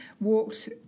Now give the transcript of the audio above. walked